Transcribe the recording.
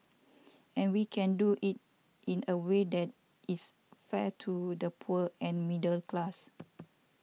and we can do it in a way that is fair to the poor and middle class